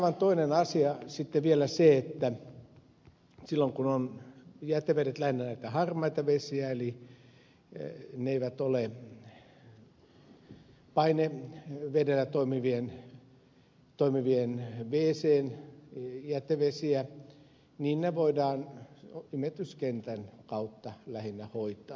aivan toinen asia on vielä se että silloin kun jätevedet ovat lähinnä näitä harmaita vesiä eli ne eivät ole painevedellä toimivien wciden jätevesiä ne voidaan lähinnä imeytyskentän kautta hoitaa